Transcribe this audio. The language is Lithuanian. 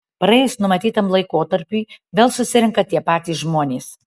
praėjus numatytam laikotarpiui vėl susirenka tie patys žmonės